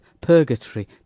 purgatory